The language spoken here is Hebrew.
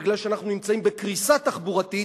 מפני שאנחנו נמצאים בקריסה תחבורתית,